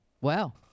Wow